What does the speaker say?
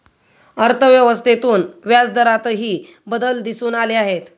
अर्थव्यवस्थेतून व्याजदरातही बदल दिसून आले आहेत